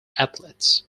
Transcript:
athletes